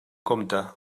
compte